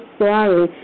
sorry